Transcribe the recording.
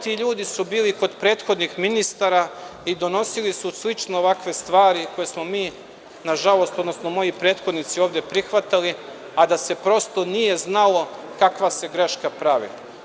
Ti ljudi su bili kod prethodnih ministara i donosili su slične stvari koje su moji prethodnici ovde prihvatali, a da se prosto nije znalo kakva se greška pravi.